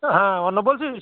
হ্যাঁ অর্ণব বলছিস